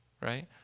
right